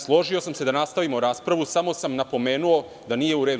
Složio sam se da nastavimo raspravu, samo sam napomenuo da nije u redu.